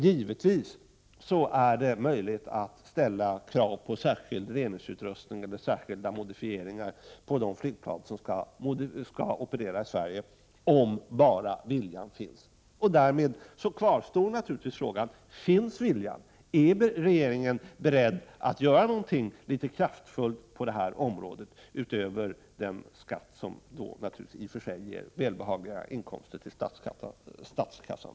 Givetvis är det möjligt att ställa krav på särskild reningsutrustning eller särskilda modifieringar på de flygplan som skall operera i Sverige, om nu bara viljan finns. Därmed kvarstår naturligtvis frågan om denna vilja finns. Är regeringen beredd att göra något kraftfullt på detta område utöver den skatt som naturligtvis ger välbehagliga inkomster till statskassan?